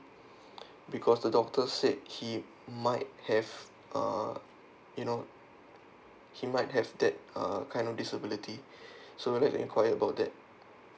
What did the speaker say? because the doctor said he might have uh you know he might have that uh kind of disability so I'd like to inquire about that